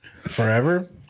forever